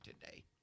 today